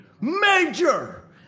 Major